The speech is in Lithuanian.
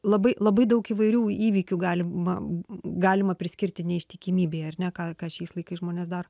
labai labai daug įvairių įvykių galima galima priskirti neištikimybei ar ne ką ką šiais laikais žmonės daro